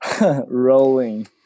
rolling